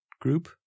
group